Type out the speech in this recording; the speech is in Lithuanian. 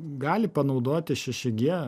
gali panaudoti šeši gie būtent